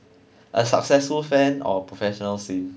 a successful fan or professional simp